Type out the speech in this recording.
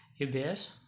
UBS